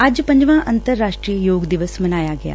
ਅੱਜ ਪੰਜਵਾਂ ਅੰਤਰਰਾਸ਼ਟਰੀ ਯੋਗ ਦਿਵਸ ਮਨਾਇਆ ਗਿਐ